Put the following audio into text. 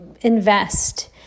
invest